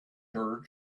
her